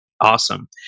Awesome